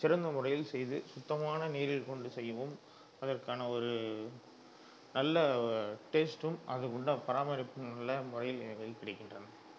சிறந்த முறையில் செய்து சுத்தமான நீரைக் கொண்டு செய்யவும் அதற்கான ஒரு நல்ல டேஸ்ட்டும் அதுக்குண்டான பராமரிப்பும் நல்ல முறையில் கிடைக்கின்றன